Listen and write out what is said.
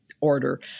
order